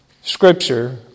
Scripture